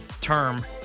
term